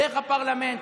דרך הפרלמנט.